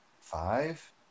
five